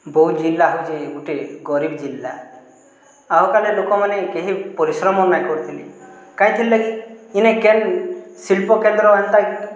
ବୌଦ୍ଧ୍ ଜିଲ୍ଲା ହଉଛେ ଗୁଟେ ଗରିବ୍ ଜିଲ୍ଲା ଆଗକାଲେ ଲୋକମାନେ କେହି ପରିଶ୍ରମ ନାଇଁ କରୁଥିଲେ କାଏଁଥିର୍ ଲାଗି ଇନେ କେନ୍ ଶିଳ୍ପକେନ୍ଦ୍ର ଏନ୍ତା